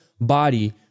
body